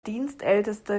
dienstälteste